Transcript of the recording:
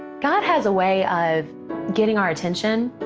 god has a way of getting our attention.